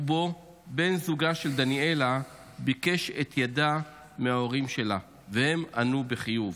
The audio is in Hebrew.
ובו בן זוגה של דניאלה ביקש את ידה מההורים שלה והם ענו בחיוב,